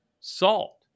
salt